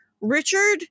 Richard